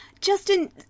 justin